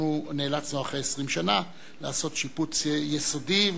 אנחנו נאלצנו אחרי 20 שנה לעשות שיפוץ יסודי,